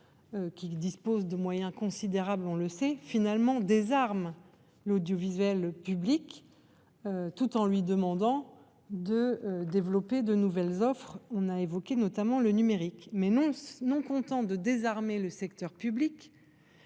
Qui dispose de moyens considérables, on le sait finalement des armes, l'audiovisuel public. Tout en lui demandant de développer de nouvelles offres. On a évoqué notamment le numérique. Mais non, non content de désarmer le secteur public.